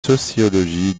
sociologie